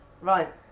Right